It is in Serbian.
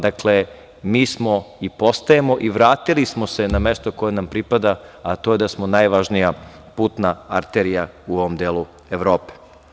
Dakle, i postajemo i vratili smo se na mesto koje nam pripada, a to je da smo najvažnija putna arterija u ovom delu Evrope.